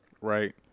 Right